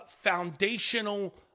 foundational